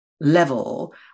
level